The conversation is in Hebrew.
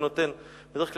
בדרך כלל,